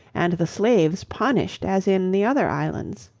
and the slaves punished as in the other islands.